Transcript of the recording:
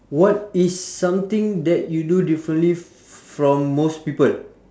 what is something that you do differently f~ from most people